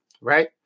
right